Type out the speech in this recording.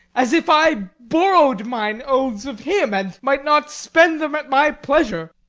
as if i borrowed mine oaths of him, and might not spend them at my pleasure.